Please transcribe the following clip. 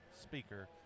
speaker